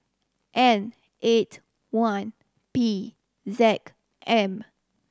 N eight one P Z M